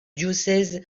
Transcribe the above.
diocèse